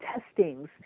testings